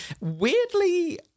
weirdly